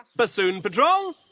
bassoon patrol!